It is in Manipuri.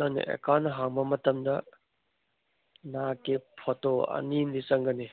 ꯅꯪ ꯑꯦꯛꯀꯥꯎꯟ ꯍꯥꯡꯕ ꯃꯇꯝꯗ ꯅꯍꯥꯛꯀꯤ ꯐꯣꯇꯣ ꯑꯅꯤ ꯑꯃ ꯆꯪꯒꯅꯤ